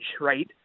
right